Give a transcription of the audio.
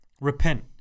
Repent